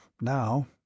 Now